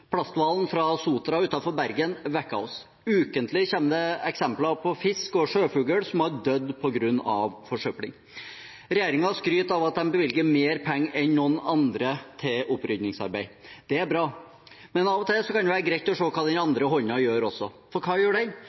Plasthvalen fra Sotra utenfor Bergen vekket oss. Ukentlig kommer det eksempler på fisk og sjøfugl som har dødd på grunn av forsøpling. Regjeringen skryter av at den bevilger mer penger enn noen andre til opprydningsarbeid. Det er bra. Men av og til kan det være greit å se hva den andre hånden gjør. For hva gjør den?